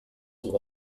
will